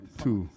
two